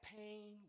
pain